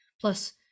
plus